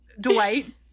dwight